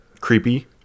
creepy